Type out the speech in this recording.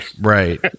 Right